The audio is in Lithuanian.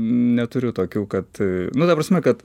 neturiu tokių kad nu ta prasme kad